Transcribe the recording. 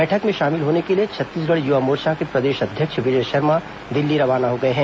बैठक में शामिल होने के लिए छत्तीसगढ़ युवा मोर्चा के प्रदेश अध्यक्ष विजय शर्मा दिल्ली रवाना हो गए हैं